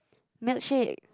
milkshake